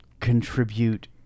contribute